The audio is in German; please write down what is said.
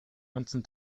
ganzen